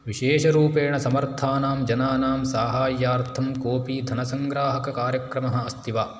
विशेषरूपेण समर्थानां जनानां साहाय्यार्थं कोऽपि धनसङ्ग्राहककार्यक्रमः अस्ति वा